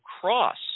cross